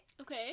Okay